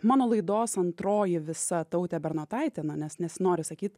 mano laidos antroji visa tautė bernotaitė na nes nesinori sakyt